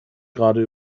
gerade